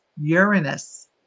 Uranus